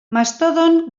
mastodon